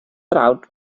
troud